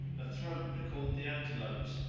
her throat recalled the antelope's,